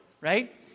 right